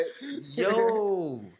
yo